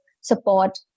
support